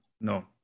No